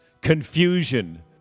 confusion